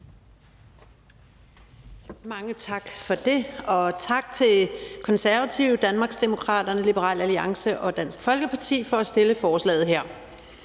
Mange tak for det, og tak til Konservative, Danmarksdemokraterne, Liberal Alliance og Dansk Folkeparti for at fremsætte forslaget her.